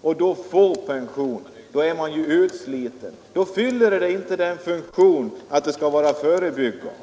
och begära förtidspension. Då är man utsliten och då fyller pensionen inte funktionen att vara förebyggande.